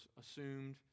assumed